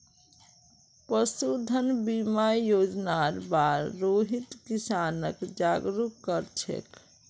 पशुधन बीमा योजनार बार रोहित किसानक जागरूक कर छेक